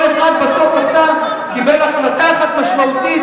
כל אחד בסוף עשה, קיבל החלטה אחת משמעותית,